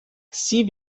sie